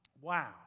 Wow